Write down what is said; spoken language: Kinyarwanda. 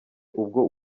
ubwo